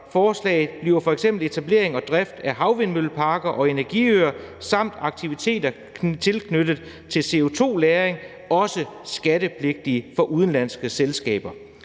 forslaget bliver f.eks. etablering og drift af havvindmølleparker og energiøer samt aktiviteter tilknyttet CO2-lagring også skattepligtige for udenlandske selskaber.